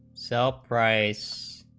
sell price